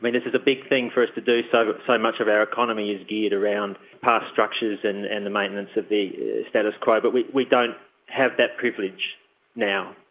this is a big thing for us to do. so so much of our economy is geared around past structures and and the maintenance of the status quo, but we we don't have that privilege now.